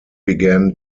began